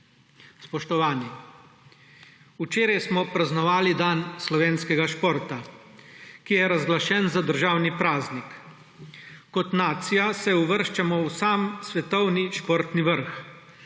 Spoštovani! Včeraj smo praznovali dan slovenskega športa, ki je razglašen za državni praznik. Kot nacija se uvrščamo v sam svetovni športni vrh,